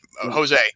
Jose